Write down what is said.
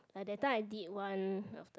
like that time I did one after